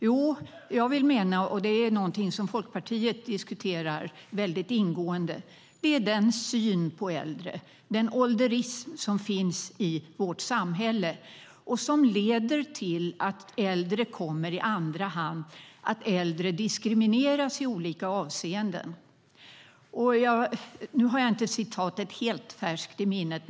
Jo, jag vill mena - och det är något som Folkpartiet diskuterar mycket ingående - att det är den syn på äldre, den ålderism, som finns i vårt samhälle, som leder till att äldre kommer i andra hand och diskrimineras i olika avseenden. Jag har inte citatet helt färskt i minnet.